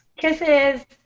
Kisses